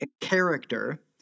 character